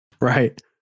Right